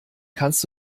kannst